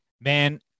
Man